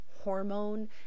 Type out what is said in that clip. hormone